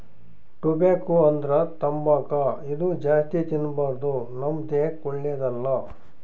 tobacco ಅಂದ್ರ ತಂಬಾಕ್ ಇದು ಜಾಸ್ತಿ ತಿನ್ಬಾರ್ದು ನಮ್ ದೇಹಕ್ಕ್ ಒಳ್ಳೆದಲ್ಲ